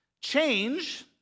change